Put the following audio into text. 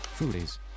Foodies